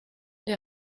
der